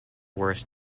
worst